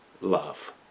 love